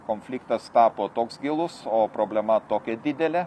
konfliktas tapo toks gilus o problema tokia didelė